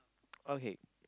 okay